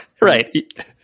Right